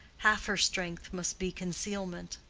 half her strength must be concealment.